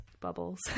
bubbles